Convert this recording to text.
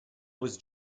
was